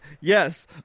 Yes